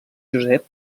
josep